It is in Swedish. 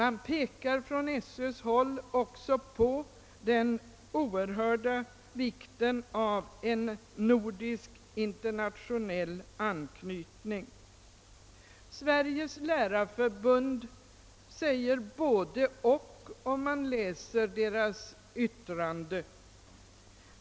SÖ pekar också på den utomordentliga vikten av en nordisk och internationell anknytning. bunds yttrande finner man, att förbundet säger både — och.